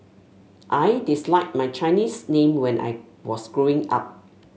I disliked my Chinese name when I was Growing Up